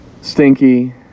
Stinky